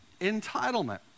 entitlement